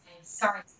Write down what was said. sorry